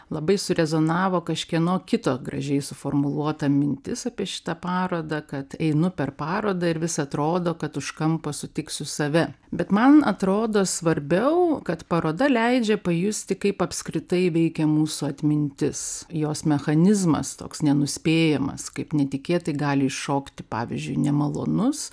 labai surezonavo kažkieno kito gražiai suformuluota mintis apie šitą parodą kad einu per parodą ir vis atrodo kad už kampo sutiksiu save bet man atrodo svarbiau kad paroda leidžia pajusti kaip apskritai veikia mūsų atmintis jos mechanizmas toks nenuspėjamas kaip netikėtai gali iššokti pavyzdžiui nemalonus